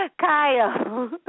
Kyle